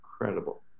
incredible